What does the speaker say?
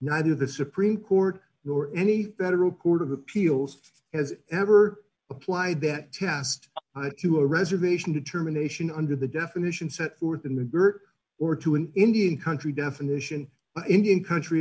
neither the supreme court nor any federal court of appeals has ever applied that test to a reservation determination under the definition set forth in the dirt or to an indian country definition indian country